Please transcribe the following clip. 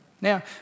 Now